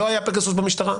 לא היה פגסוס במשטרה,